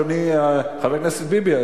חבר הכנסת ביבי,